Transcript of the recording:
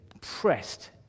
pressed